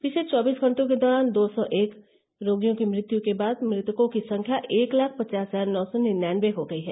पिछले चौबीस घंटों के दौरान दो सौ एक रोगियों की मृत्यु के बाद मृतकों की संख्या एक लाख पचास हजार नौ सौ निन्यानये हो गई है